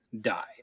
died